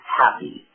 happy